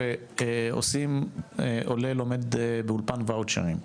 עולה לומר באולפן ואוצ'רים,